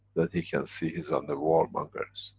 that he can see he's under warmongers.